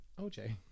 OJ